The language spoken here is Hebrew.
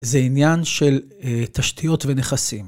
זה עניין של תשתיות ונכסים.